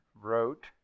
wrote